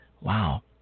Wow